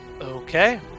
Okay